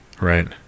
Right